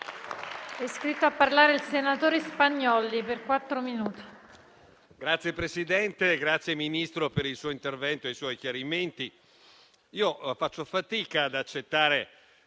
Signor Presidente, ringrazio il Ministro per il suo intervento e i suoi chiarimenti. Io faccio fatica ad accettare